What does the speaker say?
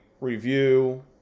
review